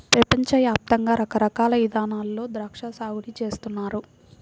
పెపంచ యాప్తంగా రకరకాల ఇదానాల్లో ద్రాక్షా సాగుని చేస్తున్నారు